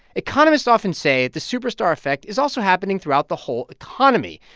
economists often say the superstar effect is also happening throughout the whole economy,